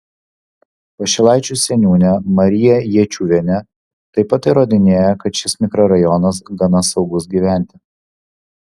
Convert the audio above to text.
pašilaičių seniūnė marija jėčiuvienė taip pat įrodinėjo kad šis mikrorajonas gana saugus gyventi